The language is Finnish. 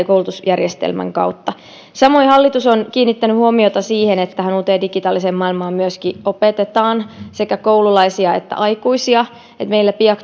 koulutusjärjestelmän kautta samoin hallitus on kiinnittänyt huomiota siihen että tähän uuteen digitaaliseen maailmaan myöskin opetetaan sekä koululaisia että aikuisia meillä piaac